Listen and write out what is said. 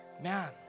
Man